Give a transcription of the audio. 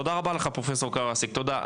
תודה רבה לך פרופסור קארסיק, תודה.